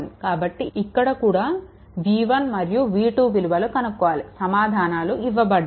కాబట్టి ఇక్కడ కూడా v1 మరియు v2 విలువలు కనుక్కోవాలి సమాధానాలు ఇవ్వబడ్డాయి